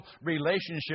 relationship